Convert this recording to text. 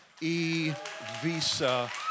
E-Visa